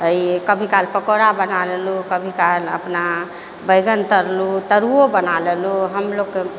कभी काल पकौड़ा बना लेलहुँ कभी काल अपना बैगन तरलहुँ तरुओ बना लेलहुँ हमलोक